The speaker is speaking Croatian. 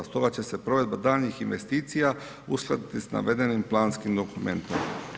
Stoga će se provedba daljnjih investicija uskladiti s navedenim planskim dokumentom.